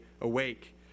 awake